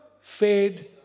fade